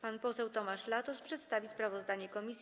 Pan poseł Tomasz Latos przedstawi sprawozdanie komisji.